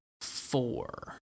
four